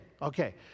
okay